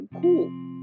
cool